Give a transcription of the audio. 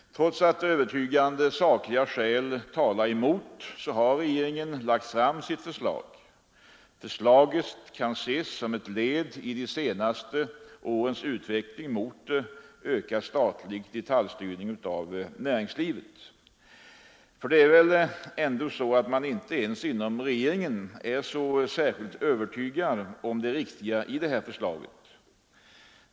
Trots att övertygande sakliga skäl talar emot, har regeringen lagt fram sitt förslag. Förslaget kan ses som ett led i de senaste årens utveckling mot ökad statlig detaljstyrning av näringslivet. För det är väl ändå så att man inte ens inom regeringen är särskilt övertygad om det riktiga i det här förslaget.